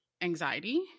anxiety